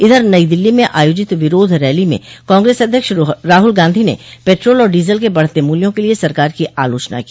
इधर नई दिल्ली में आयोजित विरोध रैली में कांग्रेस अध्यक्ष राहुल गांधी ने पैटोल और डीजल के बढ़ते मूल्यों के लिए सरकार की आलोचना की